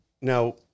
now